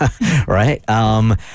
Right